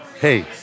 Hey